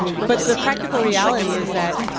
but the practical reality is that,